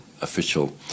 official